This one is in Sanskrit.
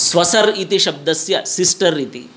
स्वसर् इति शब्दस्य सिस्टर् इति